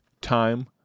time